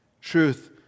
Truth